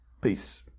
Peace